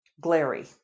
glary